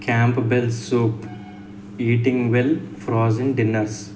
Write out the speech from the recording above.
camp bell soup eating well frozen dinners